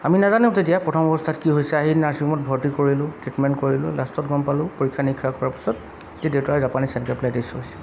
আমি নাজানো তেতিয়া প্ৰথম অৱস্থাত কি হৈছে আহি নাৰ্ছিং হোমত ভৰ্তি কৰিলোঁ ট্ৰিটমেণ্ট কৰিলোঁ লাষ্টত গম পালোঁ পৰীক্ষা নিৰীক্ষা কৰাৰ পিছত যে দেউতাৰ জাপানীজ এনকেফেলাইটিছ হৈছে